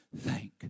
Thank